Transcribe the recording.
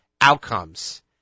outcomes